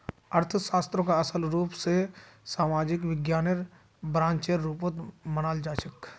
अर्थशास्त्रक असल रूप स सामाजिक विज्ञानेर ब्रांचेर रुपत मनाल जाछेक